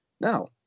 Now